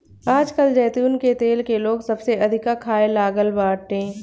आजकल जैतून के तेल के लोग सबसे अधिका खाए लागल बाटे